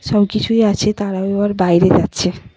সব কিছুই আছে তারাও এবার বাইরে যাচ্ছে